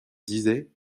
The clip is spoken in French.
disais